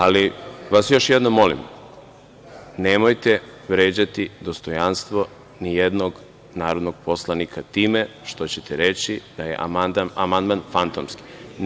Ali, vas još jednom molim, nemojte vređati dostojanstvo ni jednog narodnog poslanika time što ćete reći da je amandman fantomski.